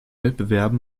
wettbewerben